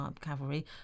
cavalry